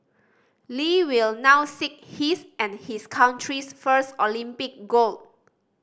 Lee will now seek his and his country's first Olympic gold